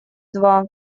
два